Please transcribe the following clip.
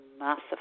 massive